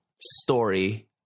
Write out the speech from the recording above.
Story